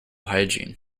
hygiene